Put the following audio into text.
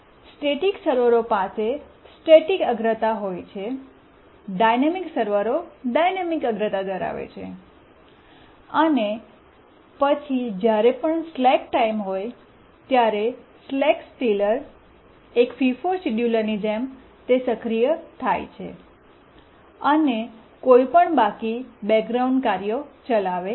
static સર્વરો પાસે static અગ્રતા હોય છે ડાઇનૅમિક સર્વરો ડાઇનૅમિક અગ્રતા ધરાવે છે અને પછી જ્યારે પણ સ્લેક ટાઇમ હોય ત્યારે સ્લેક સ્ટીલર એક ફીફો શિડ્યુલરની જેમ તે સક્રિય થાય છે અને કોઈપણ બાકી બેકગ્રાઉન્ડ કાર્યો ચલાવે છે